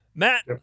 Matt